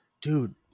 dude